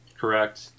Correct